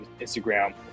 instagram